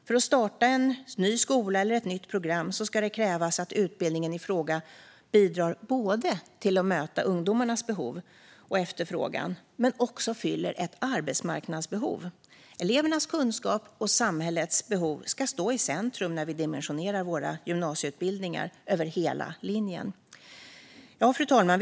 För att starta en ny skola eller ett nytt program ska det krävas att utbildningen i fråga både bidrar till att möta ungdomarnas behov och efterfrågan och fyller ett arbetsmarknadsbehov. Elevernas kunskap och samhällets behov ska stå i centrum när vi dimensionerar våra gymnasieutbildningar över hela linjen. Fru talman!